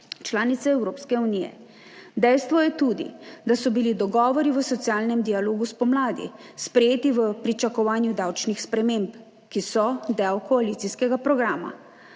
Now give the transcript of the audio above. članice Evropske unije. Dejstvo je tudi, da so bili dogovori v socialnem dialogu spomladi sprejeti v pričakovanju davčnih sprememb, ki so del koalicijskega programa.